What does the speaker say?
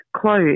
close